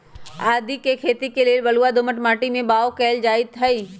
आदीके खेती लेल बलूआ दोमट माटी में बाओ कएल जाइत हई